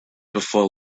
before